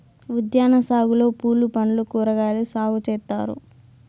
ఉద్యాన సాగులో పూలు పండ్లు కూరగాయలు సాగు చేత్తారు